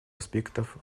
аспектов